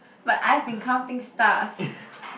but I've been counting stars